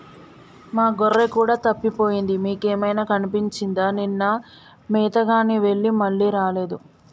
మా గొర్రె కూడా తప్పిపోయింది మీకేమైనా కనిపించిందా నిన్న మేతగాని వెళ్లి మళ్లీ రాలేదు